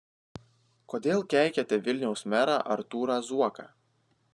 kodėl keikiate vilniaus merą artūrą zuoką